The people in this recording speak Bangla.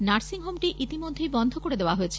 নার্সিংহোমটি ইতিমধ্যেই বন্ধ করে দেওয়া হয়েছে